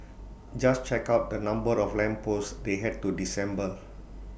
just check out the number of lamp posts they had to disassemble